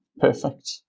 perfect